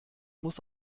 muss